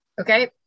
Okay